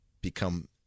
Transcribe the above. become